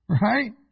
Right